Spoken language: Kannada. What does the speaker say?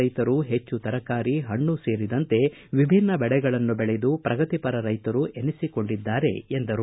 ರೈತರು ಹೆಚ್ಚು ತರಕಾರಿ ಹಣ್ಣು ಸೇರಿದಂತೆ ವಿಭಿನ್ನ ಬೆಳೆಗಳನ್ನು ಬೆಳೆದು ಪ್ರಗತಿಪರ ರೈತರು ಎನಿಸಿಕೊಂಡಿದ್ದಾರೆ ಎಂದರು